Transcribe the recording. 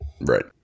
Right